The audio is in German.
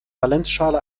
valenzschale